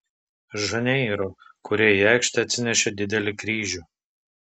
žaneiro kurie į aikštę atsinešė didelį kryžių